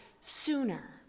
sooner